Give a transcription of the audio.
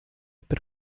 per